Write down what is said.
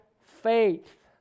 faith